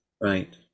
Right